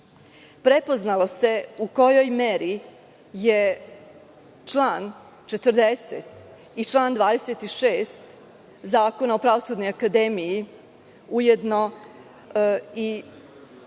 Prepoznalo se u kojoj meri je član 40. i član 26. Zakona o Pravosudnoj akademiji ujedno i